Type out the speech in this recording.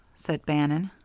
said bannon.